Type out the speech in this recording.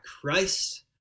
Christ